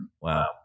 Wow